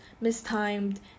mistimed